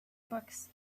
books